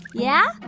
yeah?